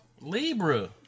Libra